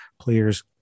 players